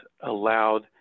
allowed